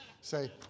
say